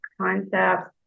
concepts